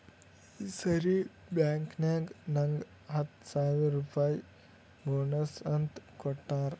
ಈ ಸರಿ ಬ್ಯಾಂಕ್ನಾಗ್ ನಂಗ್ ಹತ್ತ ಸಾವಿರ್ ರುಪಾಯಿ ಬೋನಸ್ ಅಂತ್ ಕೊಟ್ಟಾರ್